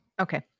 Okay